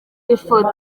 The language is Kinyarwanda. ifoto